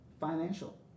financial